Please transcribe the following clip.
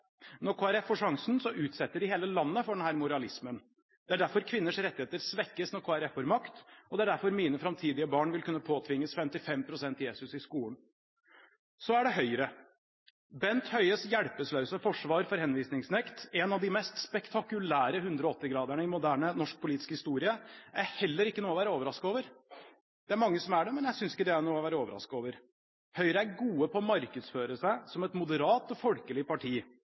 Når Kristelig Folkeparti får sjansen, utsetter de hele landet for denne moralismen. Det er derfor kvinners rettigheter svekkes når Kristelig Folkeparti får makt, og det er derfor mine framtidige barn vil kunne påtvinges 55 pst. Jesus i skolen. Så er det Høyre. Bent Høies hjelpeløse forsvar for henvisningsnekt – en av de mest spektakulære 180-gradersvendingene i moderne norsk politisk historie – er heller ikke noe å være overrasket over. Det er mange som er det, men jeg synes ikke det er noe å være overrasket over. Høyre er god på å markedsføre seg som et moderat og folkelig parti,